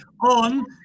on